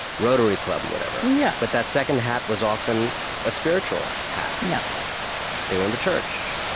rotary club and whatever. yeah but that second hat was often a spiritual hat. yeah they were in the church.